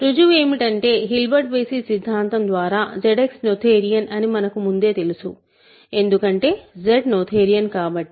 రుజువు ఏమిటంటే Hilbert basis సిద్ధాంతం ద్వారా ZX నోథేరియన్ అని మనకు ముందే తెలుసు ఎందుకంటే Z నోథేరియన్ కాబట్టి